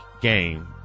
game